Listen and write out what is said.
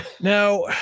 now